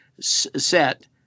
set